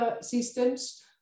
systems